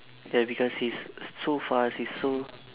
ya because he's so fast he's so